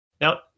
Now